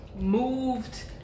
moved